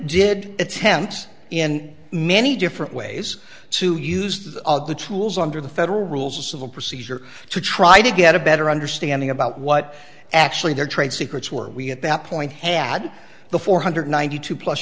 did attempts in many different ways to use the tools under the fed rules of civil procedure to try to get a better understanding about what actually their trade secrets were we at that point had the four hundred ninety two plus